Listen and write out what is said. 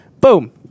Boom